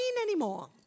anymore